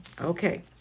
Okay